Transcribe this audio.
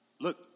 Look